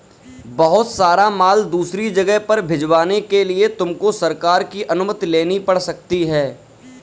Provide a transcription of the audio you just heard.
बहुत सारा माल दूसरी जगह पर भिजवाने के लिए तुमको सरकार की अनुमति लेनी पड़ सकती है